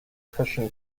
christian